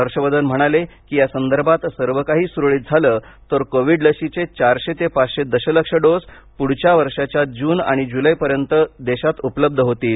हर्षवर्धन म्हणाले की या संदर्भात सर्व काही सुरळीत झालं तर कोविड लशीचे चारशे ते पाचशे दशलक्ष डोस पुढील वर्षाच्या जून आणि जुलैपूर्वी देशात उपलब्ध होतील